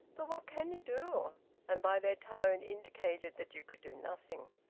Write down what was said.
but what can you do and by their tone indicated that you could do nothing.